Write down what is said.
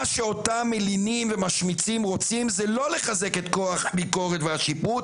מה שאותם מלינים ומשמיצים רוצים זה לא לחזק את כוח הביקורת והשיפוט